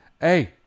hey